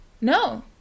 No